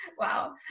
Wow